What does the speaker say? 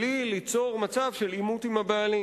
בלי ליצור מצב של עימות עם הבעלים.